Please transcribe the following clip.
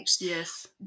yes